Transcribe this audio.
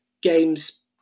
games